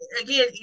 again